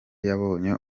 yabonye